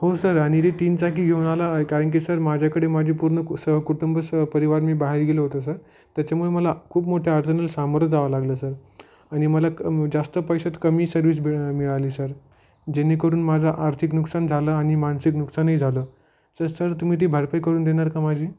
हो सर आणि ते तीन चाकी घेऊन आला कारण की सर माझ्याकडे माझी पूर्ण सहकुटुंब सहपरिवार मी बाहेर गेलो होतो सर त्याच्यामुळे मला खूप मोठ्या अडचणीला सामोरं जावं लागलं सर आणि मला जास्त पैशात कमी सर्व्हिस बिळा मिळाली सर जेणेकरून माझा आर्थिक नुकसान झालं आणि मानसिक नुकसानही झालं तर सर तुम्ही ती भरपाई करून देणार का माझी